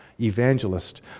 evangelist